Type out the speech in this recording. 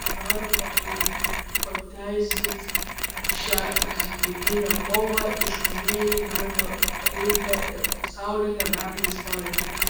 dar labiau pateisins šią žūtbūtinę kovą išmanantieji meno rinką ir pasaulinę meno istoriją